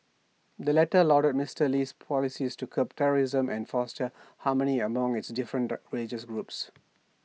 the latter lauded Mister Lee's policies to curb terrorism and foster harmony among its different religious groups